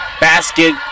basket